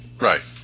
Right